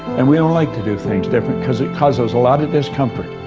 and we don't like to do things different, cause it causes a lot of discomfort.